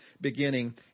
beginning